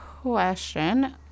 question